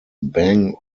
bang